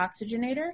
oxygenator